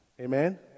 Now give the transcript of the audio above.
amen